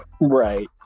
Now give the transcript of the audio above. right